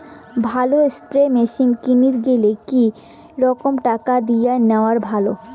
ভালো spray machine কিনির গেলে কি রকম টাকা দিয়া নেওয়া ভালো?